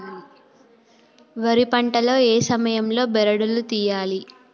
వరి పంట లో ఏ సమయం లో బెరడు లు తియ్యాలి?